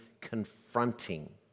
confronting